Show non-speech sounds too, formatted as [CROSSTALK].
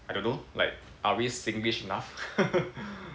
I don't know like are we Singlish enough [LAUGHS]